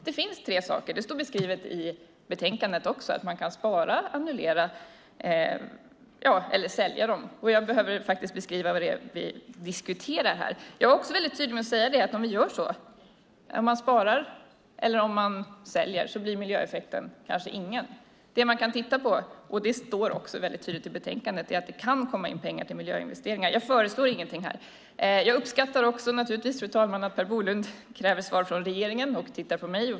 Det finns tre saker som också är beskrivna i betänkandet, att man kan spara, annullera eller sälja utsläppsrätterna. Och jag behöver faktiskt beskriva vad det är vi diskuterar här. Jag var också tydlig med att om vi sparar eller säljer blir miljöeffekten kanske ingen. Det står tydligt i betänkandet att det kan komma in pengar till miljöinvesteringar, men jag föreslår inget här. Fru talman! Per Bolund kräver svar från regeringen och tittar på mig.